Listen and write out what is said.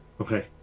Okay